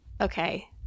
Okay